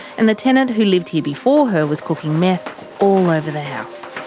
and the tenant who lived here before her was cooking meth all over the house.